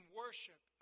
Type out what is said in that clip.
worship